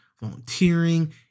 volunteering